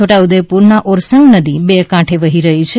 છોટા ઉદેપુરમાં ઓરસંગ નદી બે કાંઠે વહી રહી છે